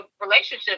relationship